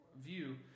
view